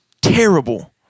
terrible